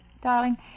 Darling